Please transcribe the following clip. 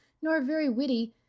nor very witty,